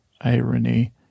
Irony